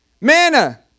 manna